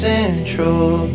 Central